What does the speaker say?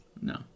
No